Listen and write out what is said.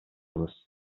кыз